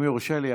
אם יורשה לי,